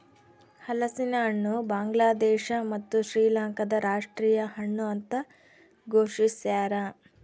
ಹಲಸಿನಹಣ್ಣು ಬಾಂಗ್ಲಾದೇಶ ಮತ್ತು ಶ್ರೀಲಂಕಾದ ರಾಷ್ಟೀಯ ಹಣ್ಣು ಅಂತ ಘೋಷಿಸ್ಯಾರ